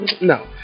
No